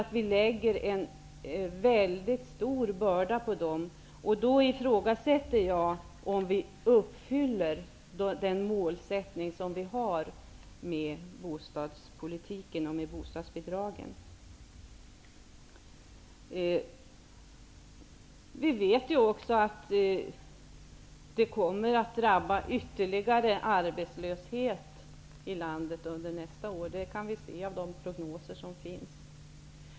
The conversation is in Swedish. Vi lägger då en väldigt stor börda på dem. Jag ifrågasätter om målsättningen i bostadspolitiken när det gäller bostadsbidragen då uppfylls. Vi vet också att ytterligare arbetslöshet i landet kommer att drabba oss. Det kan vi utläsa av de prognoser som finns.